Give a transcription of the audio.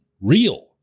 real